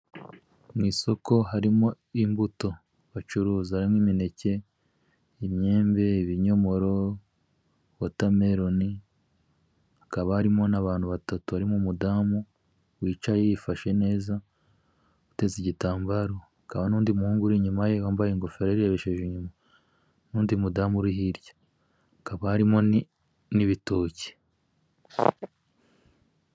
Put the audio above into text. Mu isoko harimo imbuto, bacuruza n'imineke, imyembe, ibinyomoro,, wotameloni, hakaba harimo n'abantu batatu barimo umudamu wicaye yifashe neza, uteza igitambaro, hakaba n'undi muhungu uri inyuma wambaye ingofero ayirebesheje inyuma n'undi mudamu uri hirya, hakaba harimo n'ibitoki.